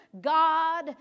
God